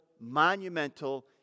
monumental